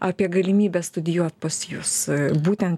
apie galimybę studijuot pas jus būtent